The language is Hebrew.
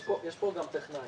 יש פה גם טכנאי.